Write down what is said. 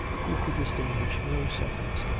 he could distinguish no sentence,